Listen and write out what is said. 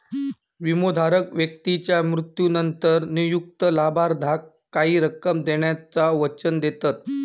विमोधारक व्यक्तीच्या मृत्यूनंतर नियुक्त लाभार्थाक काही रक्कम देण्याचा वचन देतत